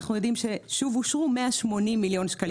אנחנו יודעים ששוב אושרו 180 מיליון ₪.